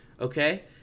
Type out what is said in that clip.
Okay